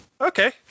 okay